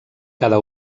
cada